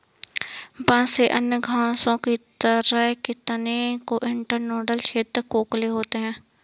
बांस में अन्य घासों की तरह के तने के इंटरनोडल क्षेत्र खोखले होते हैं